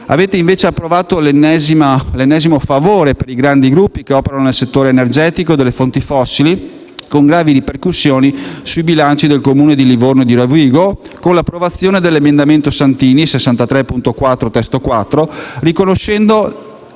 Avete invece approvato l'ennesimo favore per i grandi gruppi che operano nel settore energetico delle fonti fossili con gravi ripercussioni sui bilanci dei Comuni di Livorno e di Rovigo: con l'approvazione dell'emendamento 63.4 (testo 4), a